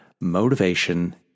Motivation